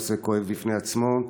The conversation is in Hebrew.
נושא כואב בפני עצמו.